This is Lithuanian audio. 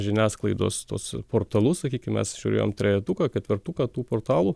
žiniasklaidos tuos portalus sakykim mes žiūrėjom trejetuką ketvertuką tų portalų